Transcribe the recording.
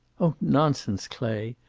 oh, nonsense, clay.